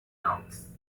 offs